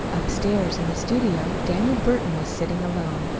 upstairs in the studio daniel burton was sitting alone,